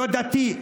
לא דתי,